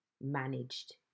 managed